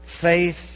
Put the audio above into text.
Faith